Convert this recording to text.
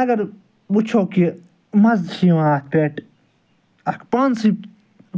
اَگر وُچھَو کہ مَزٕ چھِ یِوان اَتھ پٮ۪ٹھ اَکھ پانسٕے